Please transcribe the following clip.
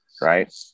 Right